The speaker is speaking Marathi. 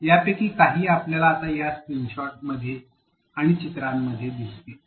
यापैकी काही आपल्याला आता या स्क्रीनशॉट्स आणि चित्रांमध्ये दिसतील